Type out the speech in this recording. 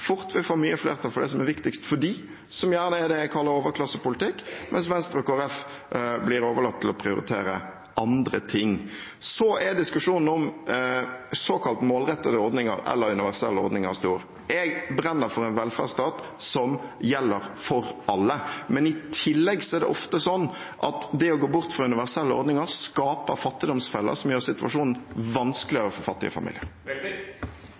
fort vil få mye flertall for det som er viktigst for dem, som gjerne er det jeg kaller overklassepolitikk, mens Venstre og Kristelig Folkeparti blir overlatt til å prioritere andre ting. Så er diskusjonen om såkalt målrettede ordninger eller universelle ordninger stor. Jeg brenner for en velferdsstat som gjelder for alle. Men i tillegg er det ofte sånn at det å gå bort fra universelle ordninger skaper fattigdomsfeller, som gjør situasjonen vanskeligere for fattige familier.